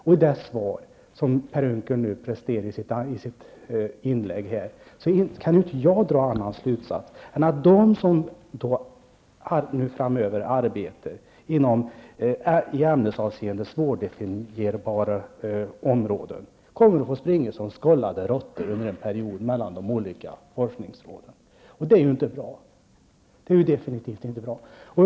Av det svar Per Unckel presterat i sitt inlägg kan jag inte dra någon annan slutsats än att de som framöver arbetar inom i ämnesavseende svårdefinierbara områden kommer att få springa som skållade råttor mellan de olika forskningsråden. Detta är definitivt inte bra.